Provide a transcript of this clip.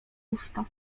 usta